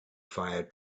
fire